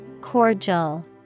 Cordial